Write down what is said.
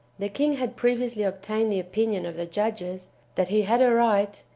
the king had previously obtained the opinion of the judges that he had a right,